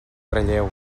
relleu